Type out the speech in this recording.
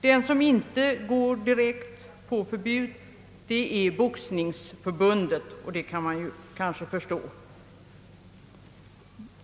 Den som inte går direkt på förbud är Boxningsförbundet, och det kan man kanske förstå.